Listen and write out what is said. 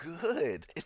good